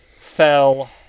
fell